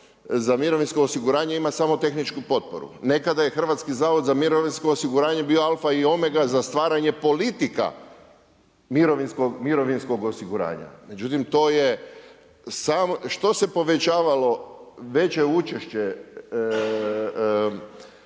za mirovinsko osiguranje ima samo tehničku potporu. Nekada je Hrvatski zavod za mirovinsko osiguranje bio alfa i omega za stvaranje politika mirovinskog osiguranja. Međutim, to je samo. Što se povećavalo veće učešće